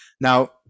Now